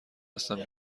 هستم